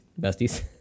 besties